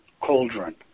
cauldron